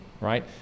right